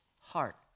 heart